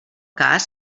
cas